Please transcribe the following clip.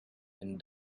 and